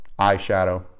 Eyeshadow